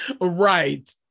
right